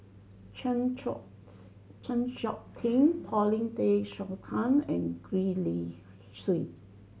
Chng Seok Chng Seok Tin Paulin Tay Straughan and Gwee Li Sui